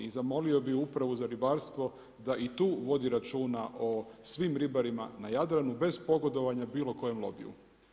I zamolio bih Upravu za ribarstvo da i tu vodi računa o svim ribarima na Jadranu bez pogodovanja bilo kojem lobiju.